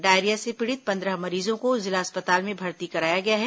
diarrhoea से पीड़ित पंद्रह मरीजों को जिला अस्पताल में भर्ती कराया गया है